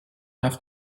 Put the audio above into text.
have